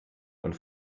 und